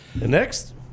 Next